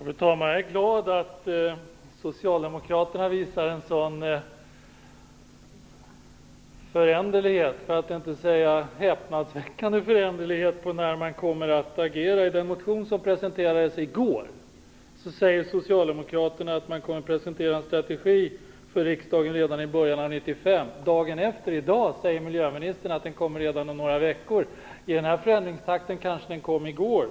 Fru talman! Jag är glad att socialdemokraterna visar en sådan föränderlighet, för att inte säga häpnadsväckande föränderlighet i fråga om när man kommer att agera. I den motion som presenterades i går säger socialdemokraterna att man kommer att presentera en strategi för riksdagen redan i början av 1995. Dagen efter, i dag, säger miljöministern att strategin kommer att presenteras redan om några veckor. Med den här förändringstakten kom den kanske i går.